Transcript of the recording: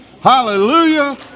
Hallelujah